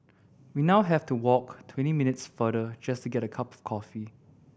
we now have to walk twenty minutes farther just to get a cup of coffee